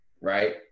right